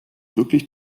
wirklich